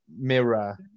mirror